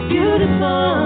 Beautiful